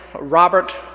Robert